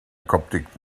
coptic